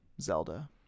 Zelda